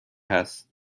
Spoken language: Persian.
هست